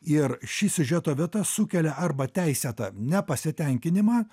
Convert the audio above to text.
ir ši siužeto vieta sukelia arba teisėtą nepasitenkinimą